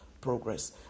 progress